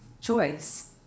choice